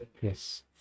Yes